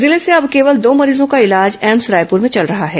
जिले से अब केवल दो मरीजों का इलाज एम्स रायपूर में चल रहा है